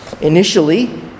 Initially